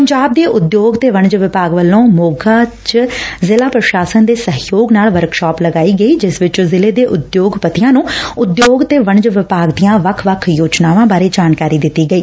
ਪੰਜਾਬ ਦੇ ਉਦਯੋਗ ਤੇ ਵਣਜ ਵਿਭਾਗ ਵਲੋਂ ਮੋਗਾ ਚ ਜ਼ਿਲ੍ਹਾ ਪ੍ਰਸ਼ਾਸਨ ਦੇ ਸਹਿਯੋਗ ਨਾਲ ਵਰਕਸ਼ਾਪ ਲਗਾਈ ਗਈ ਜਿਸ ਵਿਚ ਜ਼ਿਲ੍ਹੇ ਦੇ ਉਦਯੋਗਪਤੀਆਂ ਨੂੰ ਉਦਯੋਗ ਤੇ ਵਣਜ ਵਿਭਾਗ ਦੀਆਂ ਵੱਖ ਵੱਖ ਯੋਜਨਾਵਾਂ ਬਾਰੇ ਜਾਣਕਾਰੀ ਦਿੱਤੀ ਗਈ